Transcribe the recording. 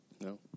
No